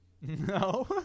No